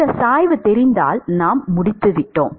இந்த சாய்வு தெரிந்தால் நாம் முடித்துவிட்டோம்